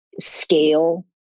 scale